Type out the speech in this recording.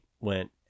went